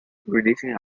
releasing